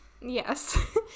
Yes